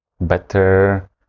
better